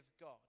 God